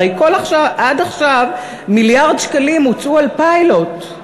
הרי עד עכשיו מיליארד שקלים הוצאו על פיילוט,